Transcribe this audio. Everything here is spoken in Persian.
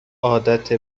عادت